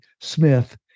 Smith